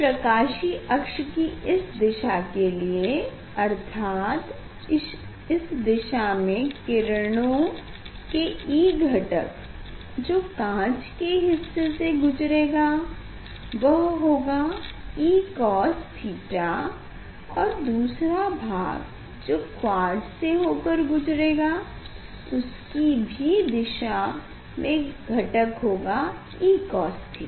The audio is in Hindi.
प्रकाशीय अक्ष की इस दिशा के लिए अर्थात इस दिशा में किरणों के E घटक जो काँच के हिस्से से गुजरेगा वह होगा ECos थीटा और दूसरा भाग जो क्वार्ट्ज से होकर गुजरेगा उसका भी इस दिशा में घटक होगा ECos थीटा